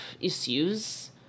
issues